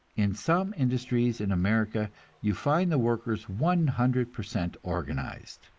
in some industries in america you find the workers one hundred per cent organized,